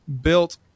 built